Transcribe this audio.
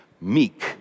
Meek